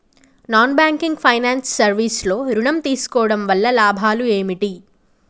Non banking finance service లో ఋణం తీసుకోవడం వల్ల లాభాలు ఏమిటి?